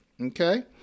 okay